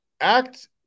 act